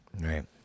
right